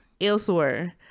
Elsewhere